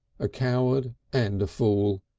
a coward and a fool,